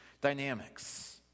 dynamics